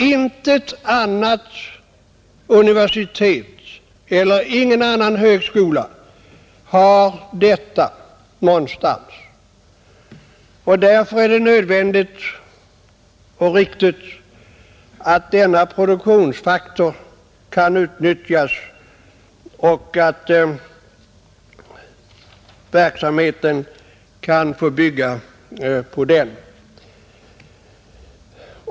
Intet annat universitet, ingen annan högskola, har detta. Det är nödvändigt att denna produktionsfaktor kan utnyttjas och att verksamheten kan bygga på den.